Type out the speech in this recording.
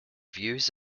views